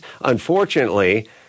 Unfortunately